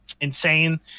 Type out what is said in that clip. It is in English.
insane